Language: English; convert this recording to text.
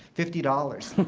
fifty dollars.